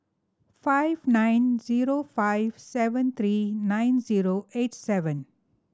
five nine zero five seven three nine zero eight seven